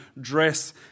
dress